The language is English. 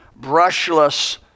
brushless